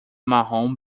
marrom